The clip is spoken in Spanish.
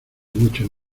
mucho